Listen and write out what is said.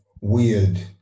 weird